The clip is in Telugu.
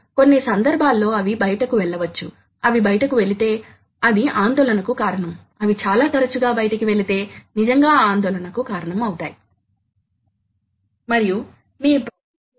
అదేవిధంగా ప్రోగ్రాం డెవలపర్ పని చేయాల్సిన వివిధ పరిసరాల లో గ్రాఫికల్ కావచ్చు లేదా మెనూ డ్రైవెన్ కావచ్చు ఇవి ఈ రోజు చాలా ప్రామాణికమైనవి